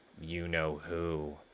you-know-who